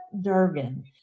Durgan